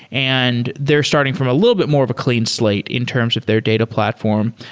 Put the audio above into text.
and they're starting from a little bit more of a clean slate in terms of their data platform.